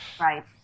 Right